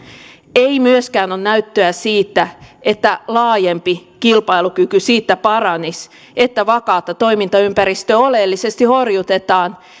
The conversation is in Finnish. ei myöskään ole näyttöä siitä että laajempi kilpailukyky siitä paranisi että vakaata toimintaympäristöä oleellisesti horjutetaan